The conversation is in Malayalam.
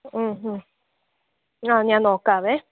ആ ഹ ആ ഞാൻ നോക്കാം